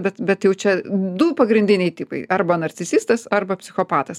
bet bet jau čia du pagrindiniai tipai arba narcisistas arba psichopatas